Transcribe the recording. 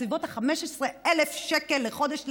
בסביבות 15,000 שקל לחודש לילד.